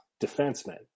defensemen